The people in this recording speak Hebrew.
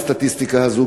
בסטטיסטיקה הזאת,